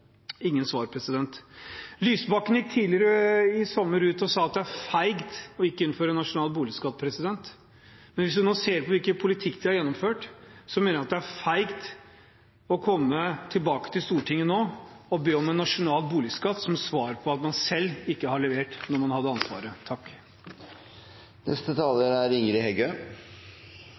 Ingen svar. Lysbakken gikk tidligere i sommer ut og sa at det er feigt ikke å innføre en nasjonal boligskatt. Men hvis vi ser på hvilken politikk de har gjennomført, mener jeg at det er feigt å komme tilbake til Stortinget nå og be om en nasjonal boligskatt som svar på at man selv ikke har levert da man hadde ansvaret.